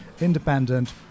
independent